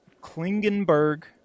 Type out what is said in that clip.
Klingenberg